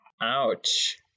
Ouch